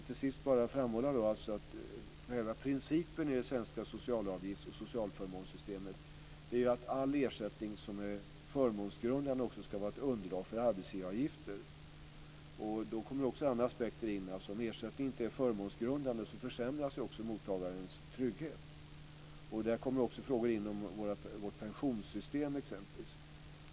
Till sist vill jag framhålla att själva principen i det svenska socialavgifts och socialförmånssystemet är att all ersättning som är förmånsgrundande också ska vara ett underlag för arbetsgivaravgifter. Då kommer också andra aspekter in. Om ersättningen inte är förmånsgrundande försämras ju också mottagarens trygghet. Även andra frågor kommer in, exempelvis om vårt pensionssystem.